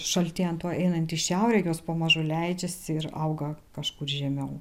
šaltėjant o einant į šiaurę jos pamažu leidžiasi ir auga kažkur žemiau